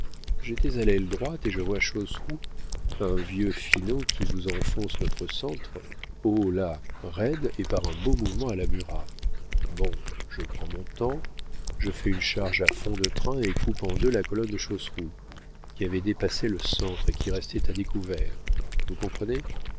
j'étais à l'aile droite et je vois chosrew un vieux finaud qui vous enfonce notre centre oh là roide et par un beau mouvement à la murat bon je prends mon temps je fais une charge à fond de train et coupe en deux la colonne de chosrew qui avait dépassé le centre et qui restait à découvert vous comprenez